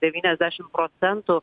devyniasdešim procentų